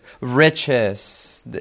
riches